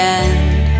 end